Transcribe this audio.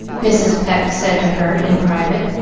mrs. pecq said to her in private,